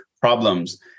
problems